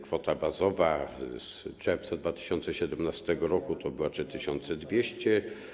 Kwota bazowa z czerwca 2017 r. to było 3200.